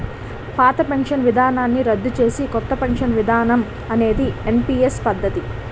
పాత పెన్షన్ విధానాన్ని రద్దు చేసి కొత్త పెన్షన్ విధానం అనేది ఎన్పీఎస్ పద్ధతి